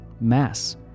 mass